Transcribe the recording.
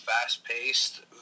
fast-paced